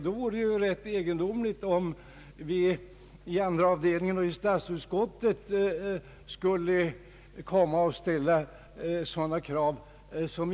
Då vore det egendomligt om vi i andra avdelningen och i statsutskottet skulle ställa sådana krav.